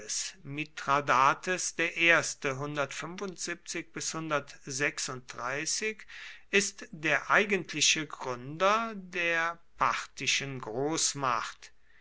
mithradates der erste ist der eigentliche gründer der parthischen großmacht